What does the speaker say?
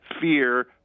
fear